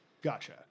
Gotcha